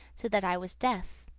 so that i was deaf.